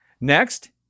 Next